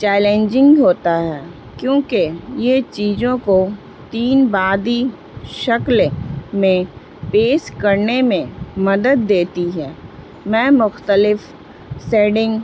challenging ہوتا ہے کیونکہ یہ چیجوں کو تین بعادی شکلیں میں پیس کرنے میں مدد دیتی ہے میں مختلف سیڈنگ